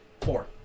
Four